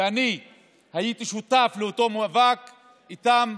ואני הייתי שותף לאותו מאבק איתן,